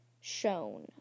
shown